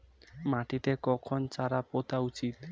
মাটিতে কখন চারা পোতা উচিৎ?